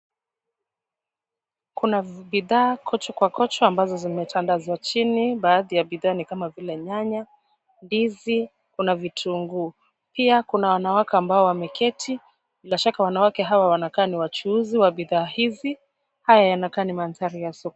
Kuna bidhaa kocho kwa kocho ambazo zimetandazwa chini, baadhi ya bidhaa ni kama vile nyanya, ndizi, kuna vitunguu. Pia kuna wanawake ambao wameketi, bila shaka wanawake hawa wanakaa ni wachuuzi wa bidhaa hizi, haya yanakaa ni mandhari ya soko.